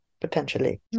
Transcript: potentially